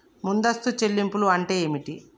ముందస్తు చెల్లింపులు అంటే ఏమిటి?